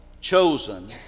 chosen